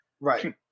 Right